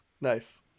Nice